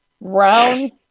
round